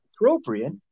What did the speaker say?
appropriate